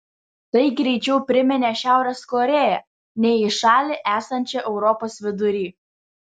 tai greičiau priminė šiaurės korėją nei į šalį esančią europos vidury